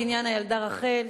בעניין הילדה רחל,